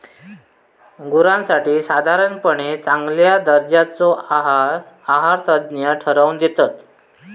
गुरांसाठी साधारणपणे चांगल्या दर्जाचो आहार आहारतज्ञ ठरवन दितत